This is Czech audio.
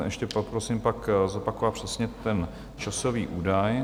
Ještě poprosím pak zopakovat přesně ten časový údaj.